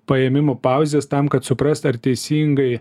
paėmimu pauzės tam kad suprast ar teisyngai